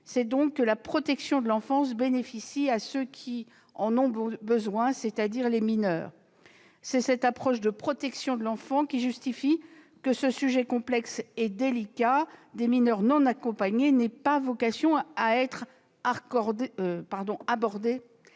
souhaite que la protection de l'enfance bénéficie à ceux qui en ont besoin, c'est-à-dire les mineurs eux-mêmes. C'est cette approche en faveur de la protection de l'enfant qui justifie que ce sujet complexe et délicat des mineurs non accompagnés n'ait pas vocation à être abordé